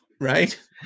right